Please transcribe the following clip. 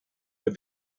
with